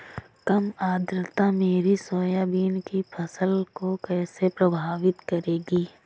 कम आर्द्रता मेरी सोयाबीन की फसल को कैसे प्रभावित करेगी?